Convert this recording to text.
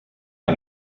que